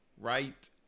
right